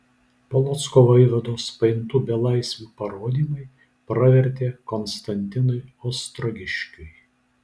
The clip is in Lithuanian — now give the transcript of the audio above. polocko vaivados paimtų belaisvių parodymai pravertė konstantinui ostrogiškiui